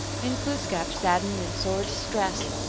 and glooskap, saddened and sore distressed,